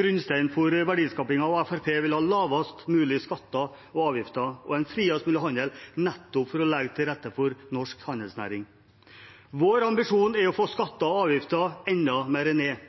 grunnstein for verdiskapingen, og Fremskrittspartiet vil ha lavest mulig skatter og avgifter og en friest mulig handel nettopp for å legge til rette for norsk handelsnæring. Vår ambisjon er å få skatter og avgifter enda mer ned,